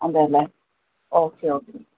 അതെ അതെ ഒക്കെ ഒക്കെ